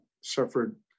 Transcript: suffered